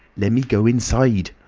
lemme go inside,